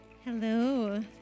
Hello